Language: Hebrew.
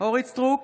אורית מלכה סטרוק,